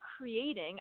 creating